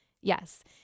Yes